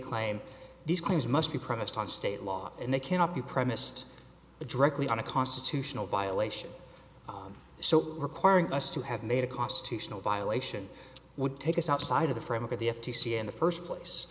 claim these claims must be premised on state law and they cannot be premised directly on a constitutional violation so requiring us to have made a constitutional violation would take us outside of the framework of the f t c in the first place